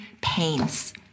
pains